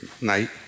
night